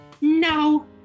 No